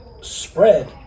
spread